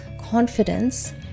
confidence